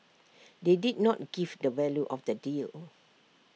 they did not give the value of the deal